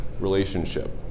relationship